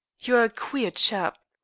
you are a queer chap.